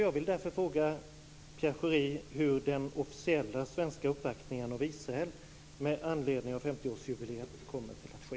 Jag vill därför fråga Pierre Schori hur den officiella svenska uppvaktningen av Israel med anledning av 50-årsjubiléet kommer att ske.